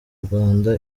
rwanda